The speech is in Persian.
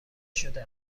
شده